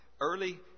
Early